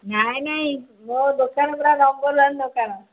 ନାହିଁ ନାହିଁ ମୋ ଦୋକାନ ପୂରା ନମ୍ବର ୱାନ୍ ଦୋକାନ